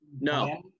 No